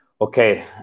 okay